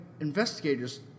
investigators